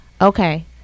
okay